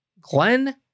Glenn